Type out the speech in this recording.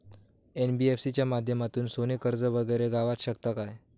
NBFC च्या माध्यमातून सोने कर्ज वगैरे गावात शकता काय?